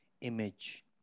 image